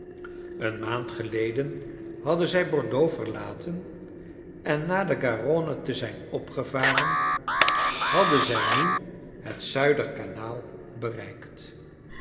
eene maand geleden hadden zij bordeaux verlaten en na de garonne te zijn opgevaren hadden zij nu het zuider kanaal bereikt